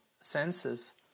senses